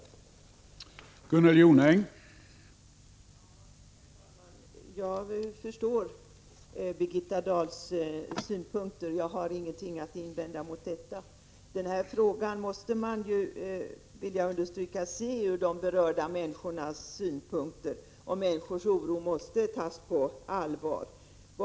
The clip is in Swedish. Pr JG REvela (AVE